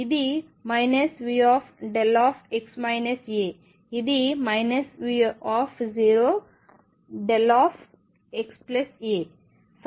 ఇది V0δ ఇది V0δxa